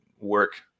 work